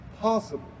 possible